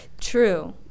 True